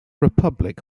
republic